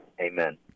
Amen